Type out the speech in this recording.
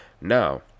Now